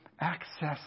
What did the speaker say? access